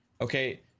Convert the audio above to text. okay